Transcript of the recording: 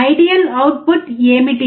ideal output ఏమిటి